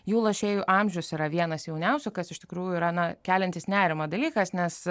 jų lošėjų amžius yra vienas jauniausių kas iš tikrųjų yra na keliantis nerimą dalykas nes